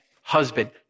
husband